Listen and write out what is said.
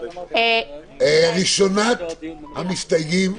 ראשונת המסתייגים,